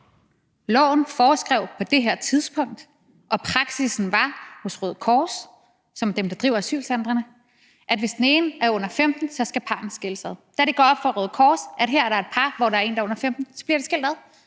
Loven foreskrev på det her tidspunkt og praksis var hos Røde Kors – som er dem, der driver asylcentrene – at parret skal skilles ad, hvis den ene er under 15 år. Da det går op for Røde Kors, at der her er et par, hvor den ene er under 15 år, bliver de skilt ad.